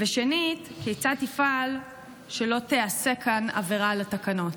2. כיצד תפעל שלא תיעשה כאן עבירה על התקנות?